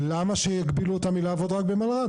למה שיגבילו אותם לעבוד במלר"ד?